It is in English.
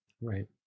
Right